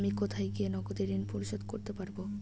আমি কোথায় গিয়ে নগদে ঋন পরিশোধ করতে পারবো?